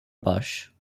bush